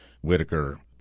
Whitaker